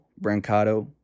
Brancato